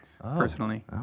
personally